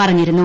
പറഞ്ഞിരുന്നു